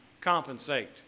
compensate